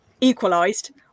equalised